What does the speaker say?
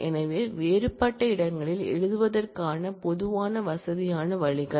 எனவே இவை வேறுபட்ட இடங்களில் எழுதுவதற்கான பொதுவான வசதியான வழிகள்